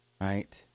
right